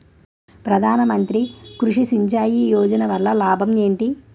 ప్రధాన మంత్రి కృషి సించాయి యోజన వల్ల లాభం ఏంటి?